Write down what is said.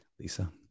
Lisa